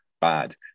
bad